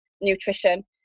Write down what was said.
nutrition